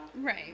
right